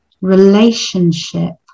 relationship